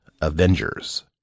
Avengers